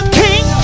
king